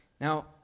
Now